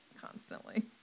constantly